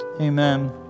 Amen